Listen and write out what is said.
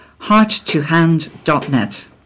hearttohand.net